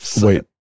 wait